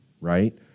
right